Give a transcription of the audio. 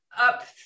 up